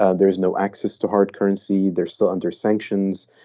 ah there is no access to hard currency. they're still under sanctions.